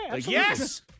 Yes